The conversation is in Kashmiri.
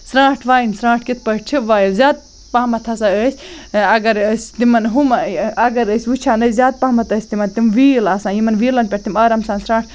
سرانٛٹھ وایِنۍ سرانٛٹھ کِتھ پٲٹھۍ چھِ وایان زیادٕ پَہمَتھ ہَسا ٲسۍ اگر أسۍ تِمَن ہُم اگر أسۍ وٕچھان ٲسۍ زیادٕ پَہمَتھ ٲسۍ تِمَن تِم ویٖل آسان یِمَن ویٖلَن پٮ۪ٹھ تِم آرام سان سرانٛٹھ